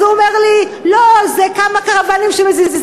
אז הוא אומר לי: לא, זה כמה קרוונים שמזיזים.